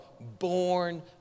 born